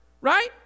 Right